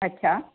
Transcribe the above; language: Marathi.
अच्छा